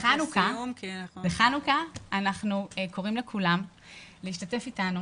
בחנוכה אנחנו קוראים לכולם להשתתף איתנו